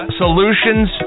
solutions